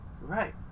Right